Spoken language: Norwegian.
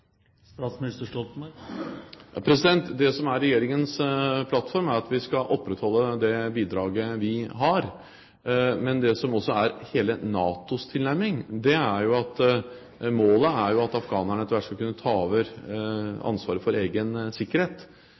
Det som er Regjeringens plattform, er at vi skal opprettholde det bidraget vi har. Men det som også er hele NATOs tilnærming, er at målet er at afghanerne etter hvert skal kunne ta over ansvaret for egen sikkerhet.